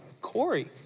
Corey